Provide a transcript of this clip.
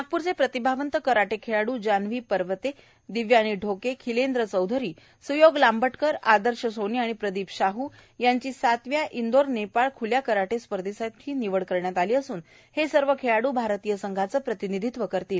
नागपूरचे प्रतिभावंत कराटे खेळाडू जानव्ही परवते दिव्यानी ढोके खिलेंद्र चैधरी सूयोग लांबटकर आदर्श सोनी आणि प्रदिप शाह यांची सातव्या इंदोर नेपाळ खुल्या कराटे स्पर्धेसाठी निवड करण्यात आली असून हे सर्व खेळाडू भारतीय संघाचं प्रतिनिधीत्व करणार आहेत